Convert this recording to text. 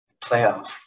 playoff